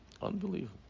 unbelievable